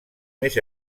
més